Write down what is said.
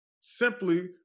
simply